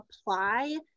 apply